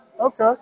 Okay